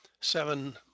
seven